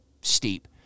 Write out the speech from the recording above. steep